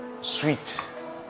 sweet